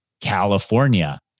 California